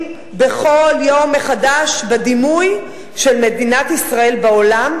בכל יום מחדש בדימוי של מדינת ישראל בעולם,